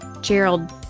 Gerald